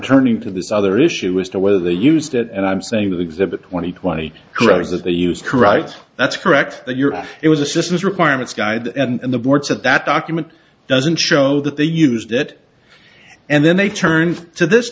turning to this other issue as to whether they used it and i'm saying that exhibit twenty twenty credits that they use correct that's correct your it was a systems requirements guide and the boards at that document doesn't show that they used it and then they turned to this